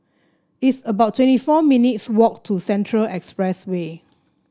it's about twenty four minutes' walk to Central Expressway